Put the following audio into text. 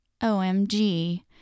OMG